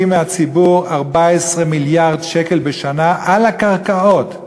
מהציבור 14 מיליארד שקל בשנה על הקרקעות.